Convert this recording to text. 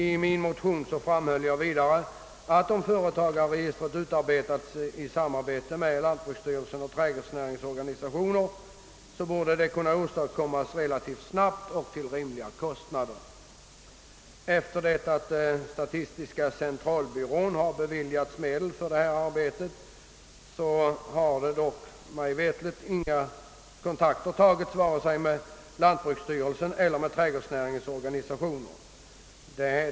I min motion framhöll jag att om företagsregistret utarbetades i samarbete med lantbruksstyrelsen och trädgårdsnäringens organisationer, borde det kunna åstadkommas relativt snabbt och till rimliga kostnader. Efter det att statistiska centralbyrån beviljats medel för detta arbete, har dock — mig veterligt — inga kontakter tagits vare sig med lantbruksstyrelsen eller med trädgårdsnäringens organisationer.